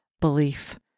belief